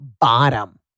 bottom